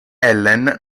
ellen